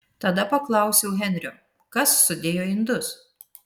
tada paklausiau henrio kas sudėjo indus